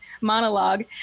monologue